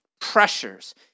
pressures